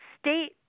state